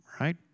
right